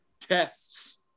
tests